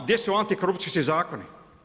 Gdje su antikorupcijski zakoni?